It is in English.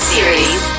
Series